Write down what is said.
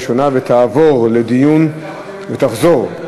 לסביבת נפגע העבירה (תיקון מס' 3) (אי-גילוי חוות דעת מומחה),